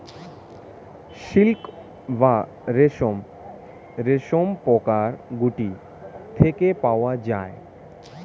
silk বা রেশম রেশমপোকার গুটি থেকে পাওয়া যায়